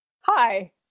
Hi